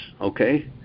okay